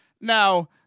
Now